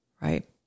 right